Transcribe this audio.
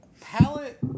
Palette